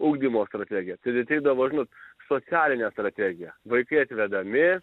ugdymo strategiją tai atitikdavo žinot socialinę strategiją vaikai atvedami